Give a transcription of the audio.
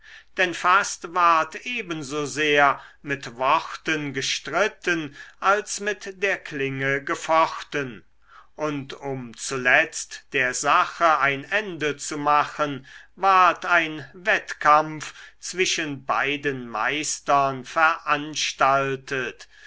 denn fast ward ebensosehr mit worten gestritten als mit der klinge gefochten und um zuletzt der sache ein ende zu machen ward ein wettkampf zwischen beiden meistern veranstaltet